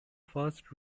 first